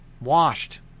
Washed